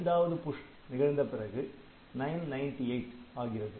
இரண்டாவது புஷ் நிகழ்ந்த பிறகு 998 ஆகிறது